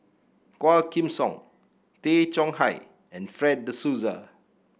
Quah Kim Song Tay Chong Hai and Fred De Souza